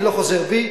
אני לא חוזר בי.